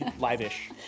Live-ish